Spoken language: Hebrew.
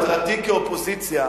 מטרתי כאופוזיציה,